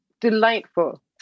delightful